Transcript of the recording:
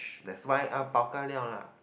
that's why uh bao ka liao lah